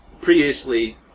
Previously